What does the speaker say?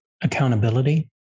accountability